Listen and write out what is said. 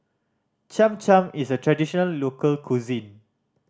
Cham Cham is a traditional local cuisine